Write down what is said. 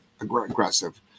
aggressive